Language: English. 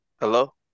hello